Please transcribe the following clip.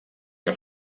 que